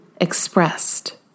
expressed